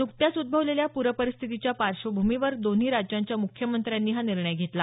नुकत्याच उद्दवलेल्या पूरस्थितीच्या पार्श्वभूमीवर दोन्ही राज्यांच्या मुख्यमंत्र्यांनी हा निर्णय घेतला